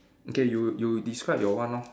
okay you you describe your one lor